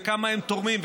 וכמה הם תורמים,